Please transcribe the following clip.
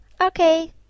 Okay